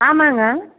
ஆமாம்ங்க